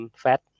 fat